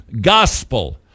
gospel